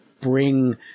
bring